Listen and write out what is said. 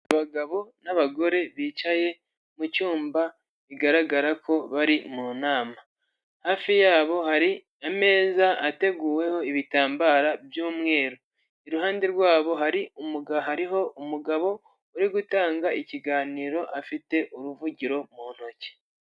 Abagabo n'abagore bicaye mu cyumba bigaragara ko bari mu nama. Hafi yabo hari ameza ateguweho ibitambara by'umweru. Iruhande rwabo hariho umugabo uri gutanga ikiganiro afite uruvugiro mu ntoki.